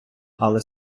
але